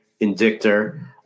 Indictor